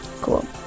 Cool